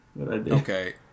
Okay